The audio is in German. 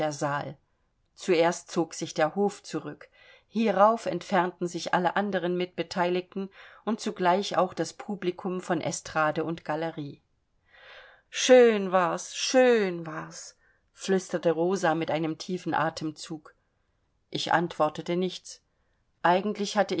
saal zuerst zog sich der hof zurück hierauf entfernten sich alle anderen mitbeteiligten und zugleich auch das publikum von estrade und galerie schön war's schön war's flüsterte rosa mit einem tiefen atemzug ich antwortete nichts eigentlich hatte